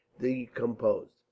decomposed